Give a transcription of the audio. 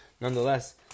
nonetheless